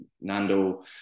Nando